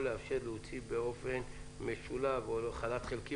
לאפשר להוציא באופן משולב או חל"ת חלקי,